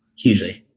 hugely.